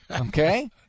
Okay